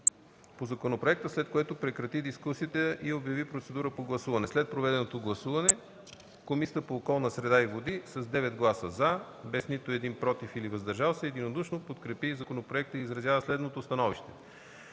по законопроекта, след което прекрати дискусията и обяви процедура по гласуване. След проведеното гласуване Комисията по околната среда и водите с 9 гласа „за”, без „против” и „въздържали се” единодушно подкрепи законопроекта и изразява следното становище: